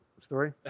story